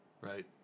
right